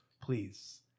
Please